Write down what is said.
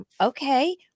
okay